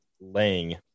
laying